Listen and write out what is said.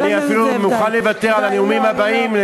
ואני אפילו מוכן לוותר על הנאומים הבאים,